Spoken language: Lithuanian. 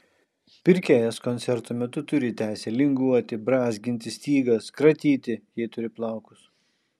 pirkėjas koncerto metu turi teisę linguoti brązginti stygas kratyti jei turi plaukus